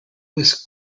was